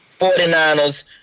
49ers